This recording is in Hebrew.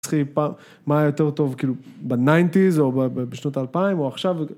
צריכים מה יותר טוב כאילו בניינטיז או בשנות אלפיים או עכשיו.